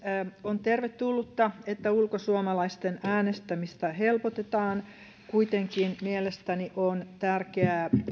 on tervetullutta että ulkosuomalaisten äänestämistä helpotetaan kuitenkin mielestäni on tärkeää